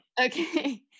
Okay